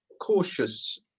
cautious